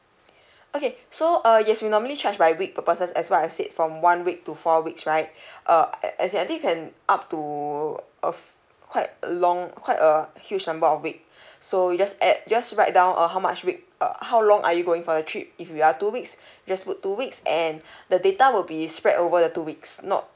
okay so uh yes we normally charge by week per person as what I've said from one week to four weeks right uh as in I think you can up to uh quite along quite a huge number of week so you just add just write down uh how much week uh how long are you going for the trip if you are two weeks just put two weeks and the data will be spread over the two weeks not